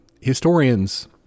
historians